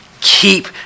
keep